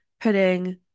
putting